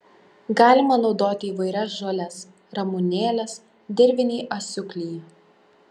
galima naudoti įvairias žoles ramunėles dirvinį asiūklį